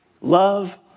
love